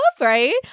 right